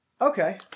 okay